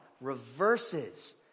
reverses